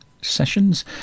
sessions